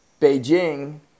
Beijing